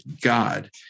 God